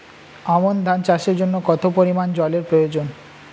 আমন ধান চাষের জন্য কত পরিমান জল এর প্রয়োজন?